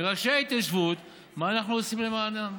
מראשי ההתיישבות, מה אנחנו עושים למענם,